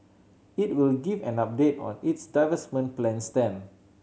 it will give an update on its divestment plans then